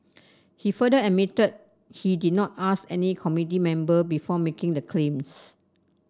he further admitted he did not ask any committee member before making the claims